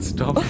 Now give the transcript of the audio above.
Stop